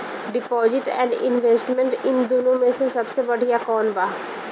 Deposit and investment इन दुनो मे से सबसे बड़िया कौन बा?